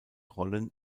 rollen